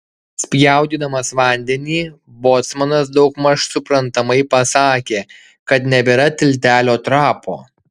spjaudydamas vandenį bocmanas daugmaž suprantamai pasakė kad nebėra tiltelio trapo